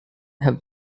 have